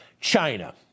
China